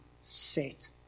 set